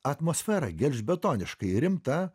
atmosfera gelžbetoniškai rimta